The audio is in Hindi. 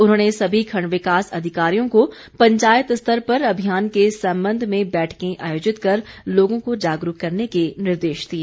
उन्होंने सभी खण्ड विकास अधिकारियों को पंचायत स्तर पर अभियान के संबंध में बैठकें आयोजित कर लोगों को जागरूक करने के निर्देश दिए